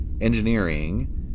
engineering